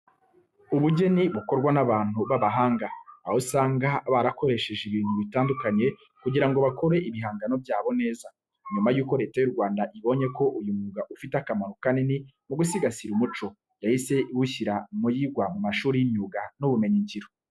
Ubugeni bukorwa n'abantu b'abahanga, aho usanga barakoresheje ibintu bitandukanye kugira ngo bakore ibihangano byabo neza. Nyuma yuko Leta y'u Rwanda ibonye ko uyu mwuga ufite akamaro kanini mu gusigasira umuco, yahise iwushyira muyigwa mu mashuri y'imyuga n'ubumenyingiro.